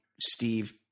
Steve –